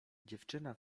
dziewczyna